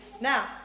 Now